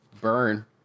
Burn